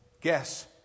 Guess